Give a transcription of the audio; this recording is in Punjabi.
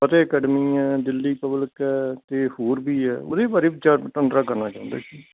ਫਤਿਹ ਅਕੈਡਮੀ ਹੈ ਦਿੱਲੀ ਪਬਲਿਕ ਹੈ ਅਤੇ ਹੋਰ ਵੀ ਹੈ ਉਹਦੇ ਬਾਰੇ ਵਿਚਾਰ ਵਟਾਂਦਰਾ ਕਰਨਾ ਚਾਹੁੰਦੇ ਸੀ